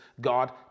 God